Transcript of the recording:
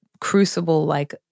crucible-like